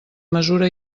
mesura